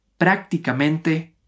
prácticamente